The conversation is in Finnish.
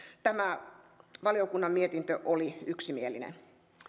tämä valiokunnan mietintö oli yksimielinen